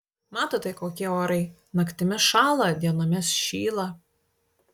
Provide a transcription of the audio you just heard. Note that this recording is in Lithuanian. matote kokie orai naktimis šąla dienomis šyla